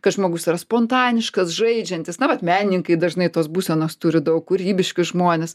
kad žmogus yra spontaniškas žaidžiantis na vat menininkai dažnai tos būsenos turi daug kūrybiški žmonės